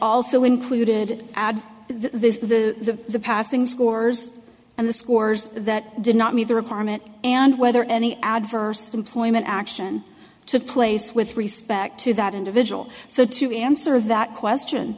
also included add this the passing scores and the scores that did not meet the requirement and whether any adverse employment action took place with respect to that individual so to answer that question